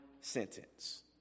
sentence